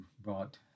brought